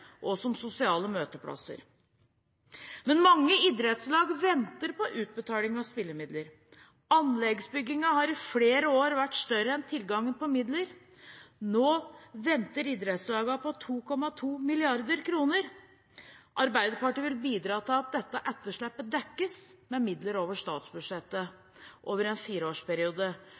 og som sosiale møteplasser. Men mange idrettslag venter på utbetaling av spillemidler. Anleggsbyggingen har i flere år vært større enn tilgangen på midler. Nå venter idrettslagene på 2,2 mrd. kr. Arbeiderpartiet vil bidra til at dette etterslepet dekkes med midler over